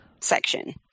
section